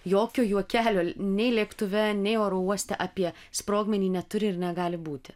jokio juokelio nei lėktuve nei oro uoste apie sprogmenį neturi ir negali būti